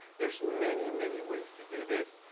there's many, many ways to do this.